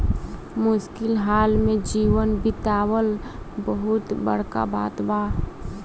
मुश्किल हाल में जीवन बीतावल बहुत बड़का बात बा